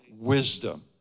wisdom